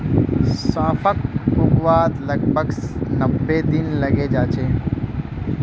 सौंफक उगवात लगभग नब्बे दिन लगे जाच्छे